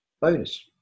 Bonus